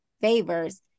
favors